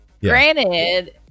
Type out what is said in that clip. Granted